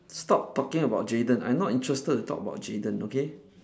stop talking about jayden I'm not interested to talk about jayden okay